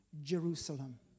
Jerusalem